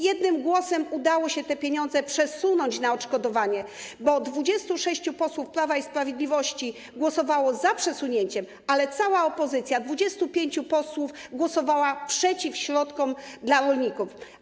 Jednym głosem udało się te pieniądze przesunąć na odszkodowania, bo 26 posłów Prawa i Sprawiedliwości głosowało za przesunięciem, ale cała opozycja, 25 posłów, głosowała przeciw przesunięciu środków dla rolników.